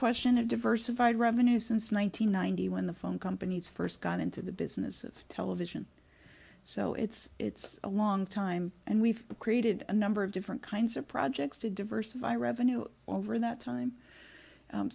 question a diversified revenue since one nine hundred ninety when the phone companies first got into the business of television so it's it's a long time and we've created a number of different kinds of projects to diversify revenue over that time